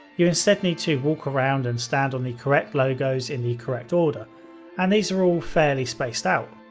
you instead need to walk around and stand on the correct logos in the correct order and these are all fairly spaced out.